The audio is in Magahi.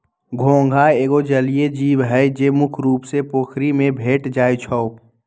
घोंघा एगो जलिये जीव हइ, जे मुख्य रुप से पोखरि में भेंट जाइ छै